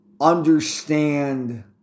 understand